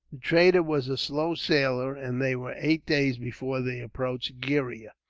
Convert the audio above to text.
the trader was a slow sailer, and they were eight days before they approached gheriah.